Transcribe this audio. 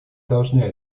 должны